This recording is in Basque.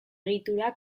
egitura